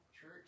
church